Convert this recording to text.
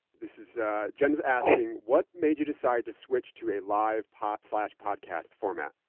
this is james asking, what made you decide to switch to a live pod, slash podcast format?